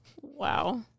Wow